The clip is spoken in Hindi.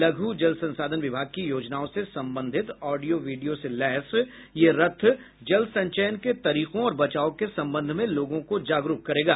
लघु जल संसाधन विभाग की योजनाओं से संबंधित ऑडियो वीडियो से लैस यह रथ जल संचयन के तरीकों और बचाव के संबंध में लोगों को जागरूक करेगा